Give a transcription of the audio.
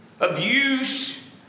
abuse